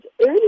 early